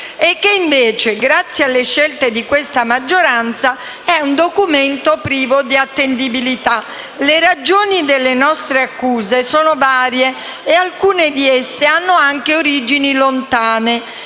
e che, invece, grazie alle scelte di questa maggioranza, è un documento privo di attendibilità. Le ragioni delle nostre accuse sono varie e alcune di esse hanno anche origini lontane.